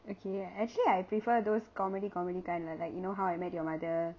okay actually I prefer those comedy comedy kind lah like you know how I met your mother